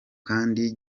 kandi